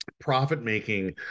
profit-making